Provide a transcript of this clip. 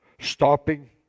Stopping